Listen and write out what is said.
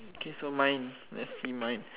okay so mine lets see mine